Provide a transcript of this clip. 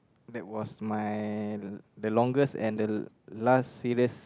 that was my the longest and the last serious